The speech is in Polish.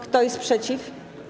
Kto jest przeciw?